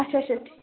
اَچھا اَچھا ٹھیٖک